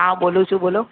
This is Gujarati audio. હા બોલું છું બોલો